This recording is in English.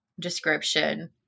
description